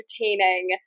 entertaining